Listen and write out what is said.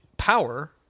power